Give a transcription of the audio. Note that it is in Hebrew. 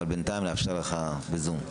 אבל בינתיים נאפשר לך בזום.